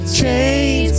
chains